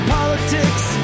politics